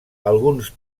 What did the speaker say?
alguns